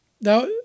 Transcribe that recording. Now